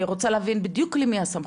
אני רוצה להבין בדיוק למי הסמכות.